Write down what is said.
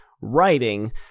writing